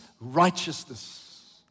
righteousness